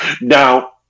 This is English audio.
Now